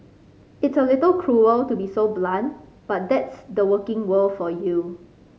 it's a little cruel to be so blunt but that's the working world for you